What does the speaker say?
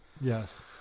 Yes